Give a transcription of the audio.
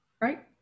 right